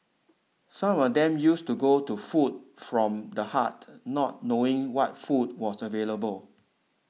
some of them used to go to Food from the Heart not knowing what food was available